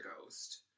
ghost